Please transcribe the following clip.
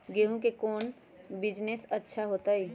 गेंहू के कौन बिजनेस अच्छा होतई?